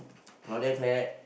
Claudia Claire